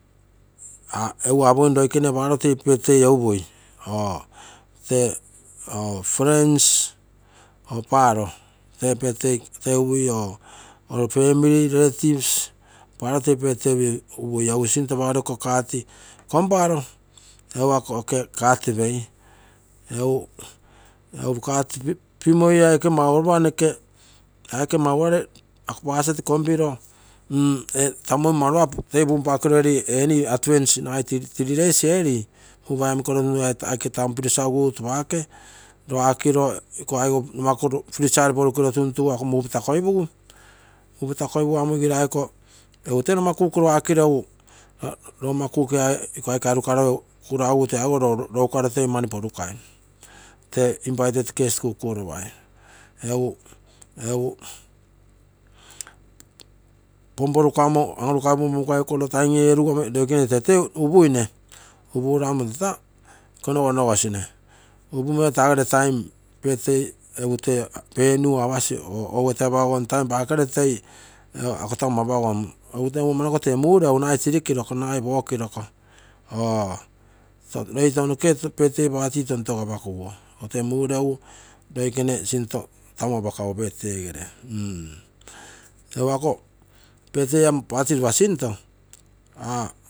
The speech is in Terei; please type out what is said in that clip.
Egu apogim loikene paro toi birthday ee upui, tee friends, family, relatives egu sinto apagoro egu ako card komparo, pei, egu pimoi aike mauroba noke, ee tamu mamroa toi punpakiro redi enio, freezer good rogakiro redi enio egu taa time patakoipugu egu tee rogomma cooki gai parokengu iko tamu arukaro toi rouporukai te invited guest kukuropai egu pomporukamo time erugu ee roikene tee toi unupuine, upuro egu taa time apasi pakere toi apagom tee ugusie ke mureugu nagai three o'clock naga four o'clock loi tounoke birthday tontoge apa kuguo, ton togegere ugusie mureugu.